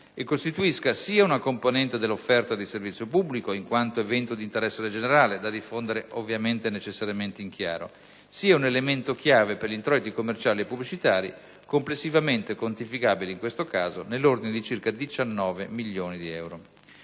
e costituisca sia una componente dell'offerta di servizio pubblico (in quanto evento di interesse generale, da diffondere necessariamente in chiaro), sia un elemento chiave per gli introiti commerciali e pubblicitari (complessivamente quantificabili nell'ordine di circa 19 milioni di euro).